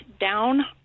down